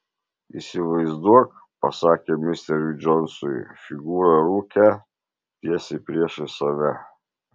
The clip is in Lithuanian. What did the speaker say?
įsivaizduok pasakė misteriui džonsui figūrą rūke tiesiai priešais save